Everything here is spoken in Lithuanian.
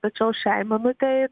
tačiau šiai minutei